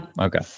Okay